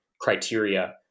criteria